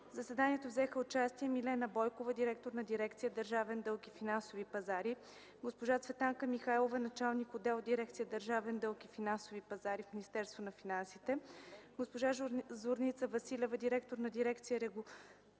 заседанието взеха участие: госпожа Милена Бойкова – директор на дирекция „Държавен дълг и финансови пазари”, и госпожа Цветанка Михайлова – началник-отдел в дирекция „Държавен дълг и финансови пазари” в Министерството на финансите; госпожа Зорница Василева – директор на дирекция